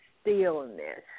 stillness